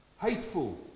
Hateful